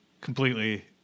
completely